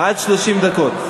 עד 30 דקות.